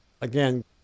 again